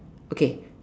okay